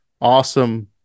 awesome